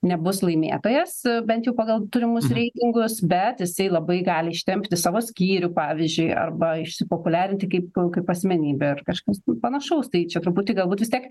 nebus laimėtojas bent jau pagal turimus reitingus bet jisai labai gali ištempti savo skyrių pavyzdžiui arba išsipopuliarinti kaip kaip asmenybė ar kažkas panašaus tai čia truputį galbūt vis tiek